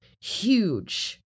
huge